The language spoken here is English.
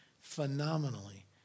phenomenally